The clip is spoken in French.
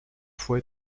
faut